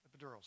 epidurals